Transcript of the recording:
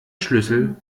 schlüssel